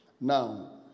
Now